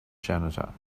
janitor